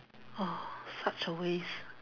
!wah! such a waste